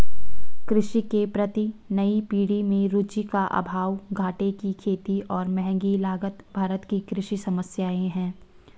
कृषि के प्रति नई पीढ़ी में रुचि का अभाव, घाटे की खेती और महँगी लागत भारत की कृषि समस्याए हैं